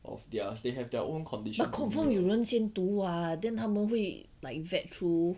of theirs they have their own conditions